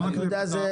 כן.